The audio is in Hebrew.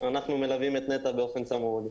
אנחנו מלווים את נת"ע באופן צמוד.